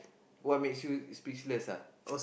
what's make you speechless ah